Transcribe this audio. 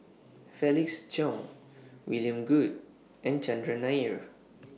Felix Cheong William Goode and Chandran Nair